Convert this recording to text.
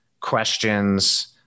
questions